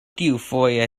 tiufoje